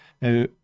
Now